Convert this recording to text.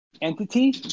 entity